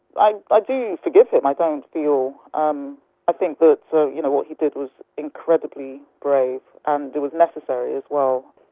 i ah do forgive him. i don't feel, um i think that but so you know what he did was incredibly brave and it was necessary as well.